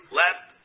left